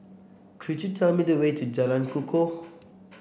could you tell me the way to Jalan Kukoh